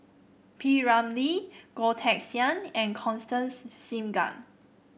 P Ramlee Goh Teck Sian and Constance Singam